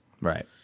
Right